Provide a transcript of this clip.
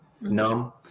numb